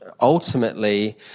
ultimately